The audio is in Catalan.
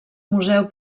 museu